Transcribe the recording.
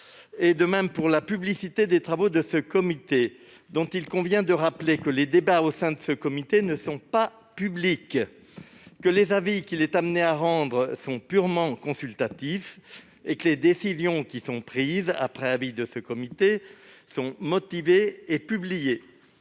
de même pour la publicité des travaux de ces comités, dont il convient de rappeler que les débats ne sont pas publics, que les avis qu'ils sont amenés à rendre sont purement consultatifs et que les décisions qui sont prises à la suite de leurs avis sont motivées et publiées.